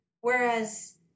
Whereas